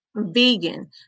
Vegan